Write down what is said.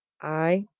aye!